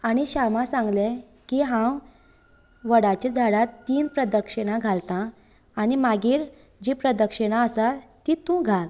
आनी श्यामाक सांगले की हांव वडाच्या झाडाक तीन प्रदक्षिणां घालता आनी मागीर जी प्रदक्षिणां आसात ती तूं घाल